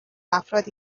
افرادی